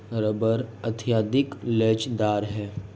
rubber अत्यधिक लोचदार है